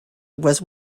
was